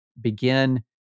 Begin